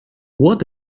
what